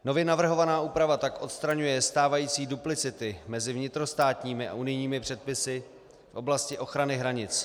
Nově navrhovaná úprava tak odstraňuje stávající duplicity mezi vnitrostátními a unijními předpisy v oblasti ochrany hranic.